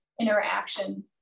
interaction